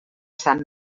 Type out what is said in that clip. sant